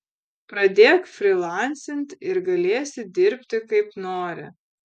pradėk frylancint ir galėsi dirbti kaip nori